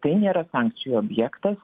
tai nėra sankcijų objektas